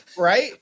Right